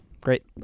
Great